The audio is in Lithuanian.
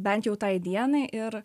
bent jau tai dienai ir